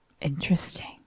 Interesting